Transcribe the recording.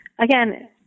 again